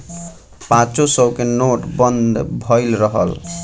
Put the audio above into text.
पांचो सौ के नोट बंद भएल रहल